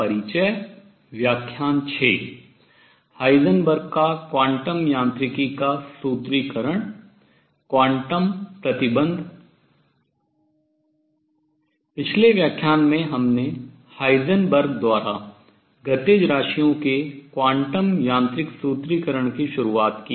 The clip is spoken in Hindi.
पिछले व्याख्यान में हमने हाइजेनबर्ग द्वारा गतिज राशियों के क्वांटम यांत्रिक सूत्रीकरण की शुरुआत की